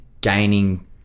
gaining